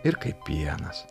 ir kaip pienas